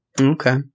Okay